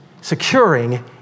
securing